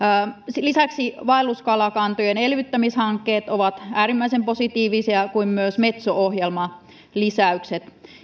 lisäksi vaelluskalakantojen elvyttämishankkeet ovat äärimmäisen positiivisia kuten myös metso ohjelman lisäykset